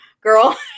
girl